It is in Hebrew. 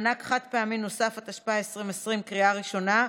(מענק חד-פעמי נוסף), התשפ"א 2020, בקריאה ראשונה.